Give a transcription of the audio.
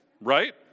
Right